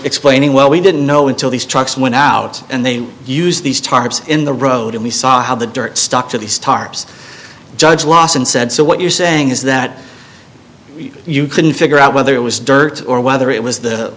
explaining well we didn't know until these trucks went out and they use these tarps in the road and we saw how the dirt stuck to these tarps judge lawson said so what you're saying is that you couldn't figure out whether it was dirt or whether it was the